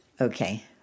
okay